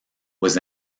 was